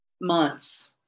months